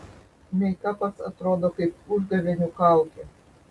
meikapas atrodo kaip užgavėnių kaukė